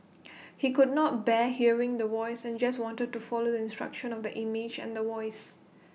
he could not bear hearing The Voice and just wanted to follow the instructions of the image and The Voice